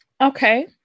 Okay